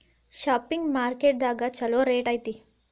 ಸಾಸ್ಮಿಗು ಮಾರ್ಕೆಟ್ ದಾಗ ಚುಲೋ ರೆಟ್ ಐತಿ